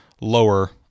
lower